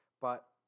but-